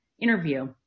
interview